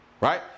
right